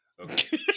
Okay